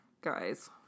guys